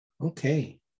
Okay